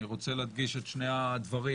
אני רוצה להדגיש את שני הדברים.